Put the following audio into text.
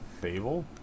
Fable